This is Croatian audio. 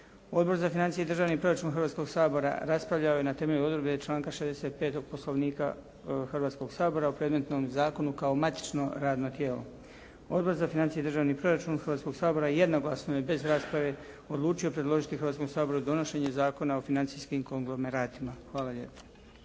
Odbor za financije i državni proračun Hrvatskoga sabora raspravljao je na temelju odredbe članka 65. Poslovnika Hrvatskoga sabora o predmetnom zakonu kao matično radno tijelo. Odbor za financije i državni proračun Hrvatskoga sabora jednoglasno je bez rasprave odlučio predložiti Hrvatskom saboru donošenje Zakona o financijskim konglomeratima. Hvala lijepo.